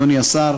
אדוני השר,